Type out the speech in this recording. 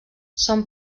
són